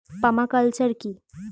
Parma culture কি?